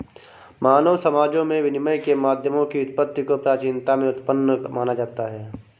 मानव समाजों में विनिमय के माध्यमों की उत्पत्ति को प्राचीनता में उत्पन्न माना जाता है